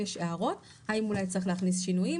אולי צריך להכניס שינויים,